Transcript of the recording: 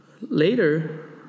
Later